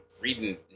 reading